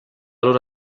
loro